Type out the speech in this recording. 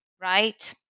right